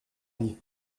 lit